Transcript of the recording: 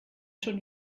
schon